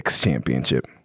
championship